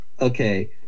Okay